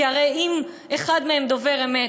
כי הרי אם אחד מהם דובר אמת,